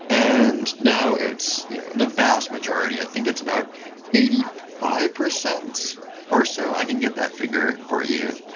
and now, it's you know the vast majority. i think it's about eighty five percent or so. i didn't get that figure for you.